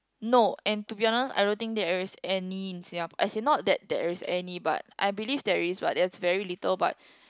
no and to be honest I don't think there is any in Singa~ as in not that there is any but I believe there is what there's very little but